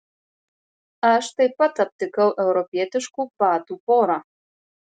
aš taip pat aptikau europietiškų batų porą